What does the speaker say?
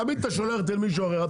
תמיד אתה שולח אותי למישהו אחר.